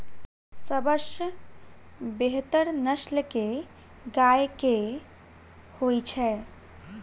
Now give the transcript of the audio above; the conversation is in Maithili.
सबसँ बेहतर नस्ल केँ गाय केँ होइ छै?